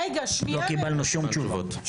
לא קיבלנו שום תשובות.